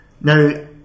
Now